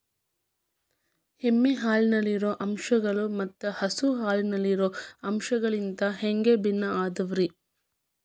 ಎಮ್ಮೆ ಹಾಲಿನಲ್ಲಿರೋ ಅಂಶಗಳು ಮತ್ತ ಹಸು ಹಾಲಿನಲ್ಲಿರೋ ಅಂಶಗಳಿಗಿಂತ ಹ್ಯಾಂಗ ಭಿನ್ನ ಅದಾವ್ರಿ?